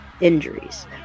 injuries